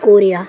Korea